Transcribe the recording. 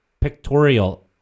pictorial